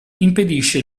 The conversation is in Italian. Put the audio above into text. impedisce